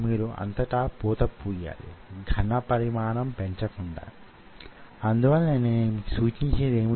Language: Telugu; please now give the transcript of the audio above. లేదా మీకు మైక్రో సిస్టమ్ లోవున్న యాంత్రికమైన విద్యుత్పరమైన విషయం కొలవడానికి అవకాశం వున్నది